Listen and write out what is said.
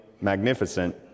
magnificent